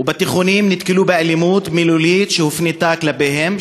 ובתיכונים נתקלו באלימות מילולית שהופנתה כלפיהם,